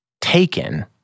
taken